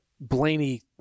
Blaney